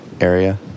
area